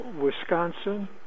Wisconsin